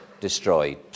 destroyed